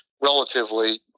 relatively